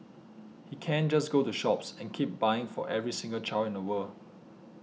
he can't just go to shops and keep buying for every single child in the world